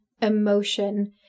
emotion